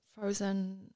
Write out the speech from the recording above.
frozen